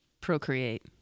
procreate